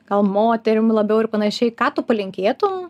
gal moterim labiau ir panašiai ką tu palinkėtum